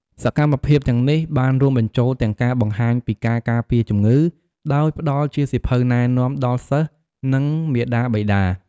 សកម្មភាពទាំងនេះបានរួមបញ្ចូលទាំងការបង្ហាញពីការការពារជំងឺ ដោយផ្តល់ជាសៀវភៅណែនាំ ដល់សិស្ស និងមាតាបិតា។